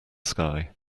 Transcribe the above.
sky